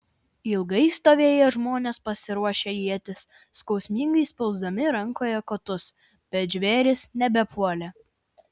ilgai stovėjo žmonės paruošę ietis skausmingai spausdami rankose kotus bet žvėrys nebepuolė